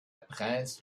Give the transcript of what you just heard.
presse